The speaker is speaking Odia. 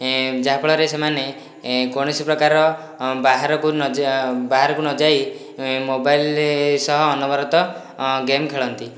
ଯାହାଫଳରେ ସେମାନେ କୌଣସି ପ୍ରକାର ବାହାରକୁ ନ ଯା ବାହାରକୁ ନ ଯାଇ ମୋବାଇଲ୍ ସହ ଅନବରତ ଗେମ୍ ଖେଳନ୍ତି